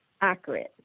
accurate